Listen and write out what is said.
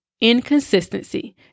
inconsistency